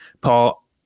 Paul